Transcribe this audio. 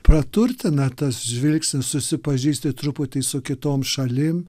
praturtina tas žvilgsnis susipažįsti truputį su kitom šalim